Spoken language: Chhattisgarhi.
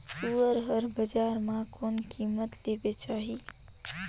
सुअर हर बजार मां कोन कीमत ले बेचाही?